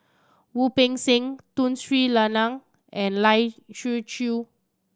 Wu Peng Seng Tun Sri Lanang and Lai Siu Chiu